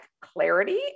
clarity